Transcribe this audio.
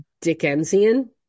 Dickensian